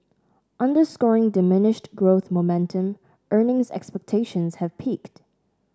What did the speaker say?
underscoring diminished growth momentum earnings expectations have peaked